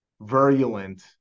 virulent